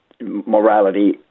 morality